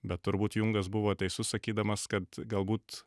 bet turbūt jungas buvo teisus sakydamas kad galbūt